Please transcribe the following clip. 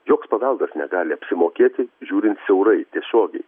joks paveldas negali apsimokėti žiūrint siaurai tiesiogiai